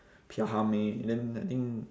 Pierre Herme and then I think